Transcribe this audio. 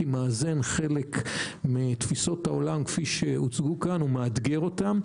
מאזן חלק מתפישות העולם כפי שהוצגו פה ומאתגר אותם,